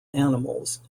animals